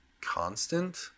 constant